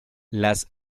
las